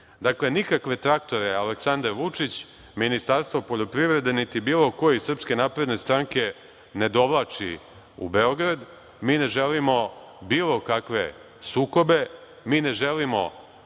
Dakle, nikakve traktore Aleksandar Vučić, Ministarstvo poljoprivrede, niti bilo ko iz SNS ne dovlači u Beograd. Mi ne želimo bilo kakve sukobe, mi ne želimo